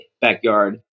backyard